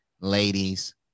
ladies